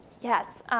yes,